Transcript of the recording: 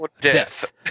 death